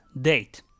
date